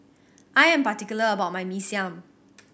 I am particular about my Mee Siam